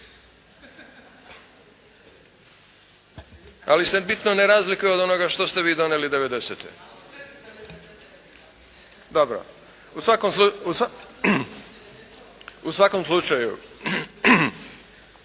Ali se bitno ne razlikuje od onoga što ste vi donijeli 90.-te. Dobro. U svakom slučaju